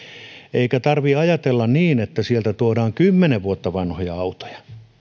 eikä tarvitse ajatella niin että sieltä tuodaan kymmenen vuotta vanhoja autoja